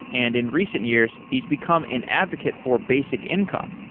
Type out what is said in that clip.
and in recent years, he's become an advocate for basic income.